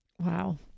Wow